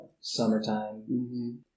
Summertime